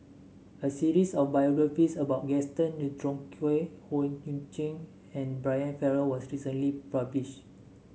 a series of biographies about Gaston Dutronquoy Howe Yoon Chong and Brian Farrell was recently publish